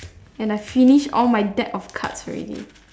and I finish all my deck of cards already